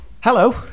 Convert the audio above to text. Hello